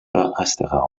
restera